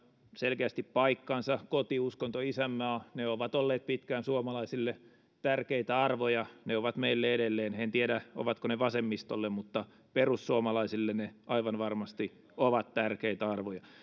selkeästi paikkansa koti uskonto isänmaa ovat olleet pitkään suomalaisille tärkeitä arvoja ne ovat meille edelleen en tiedä ovatko ne vasemmistolle mutta perussuomalaisille ne aivan varmasti ovat tärkeitä arvoja